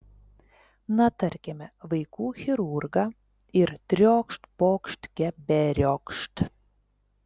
na tarkime vaikų chirurgą ir triokšt pokšt keberiokšt